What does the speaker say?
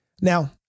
Now